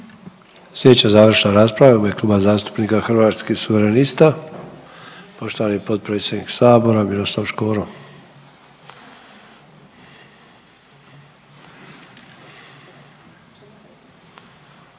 Sljedeća završna rasprava je u ime Kluba zastupnika Hrvatskih suverenista, poštovani potpredsjednik Sabora, Miroslav Škoro.